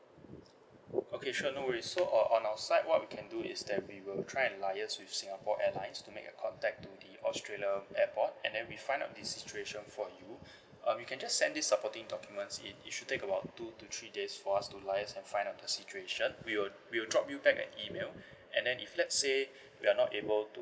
okay sure no worries so uh on our side what we can do is that we will try and liaise with Singapore Airlines to make a contact to the australia airport and then we find out the situation for you um you can just send these supporting documents in it should take about two to three days for us to liaise and find out the situation we will we will drop you back a email and then if let's say we are not able to